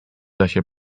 lesie